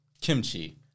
kimchi